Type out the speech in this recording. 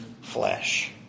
flesh